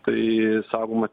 tai saugoma